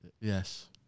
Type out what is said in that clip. Yes